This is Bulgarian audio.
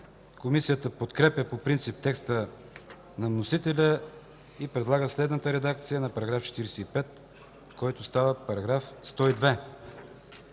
Комисията подкрепя по принцип текста на вносителя и предлага следната редакция на § 46, който става § 107: